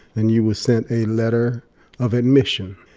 then you were sent a letter of admission.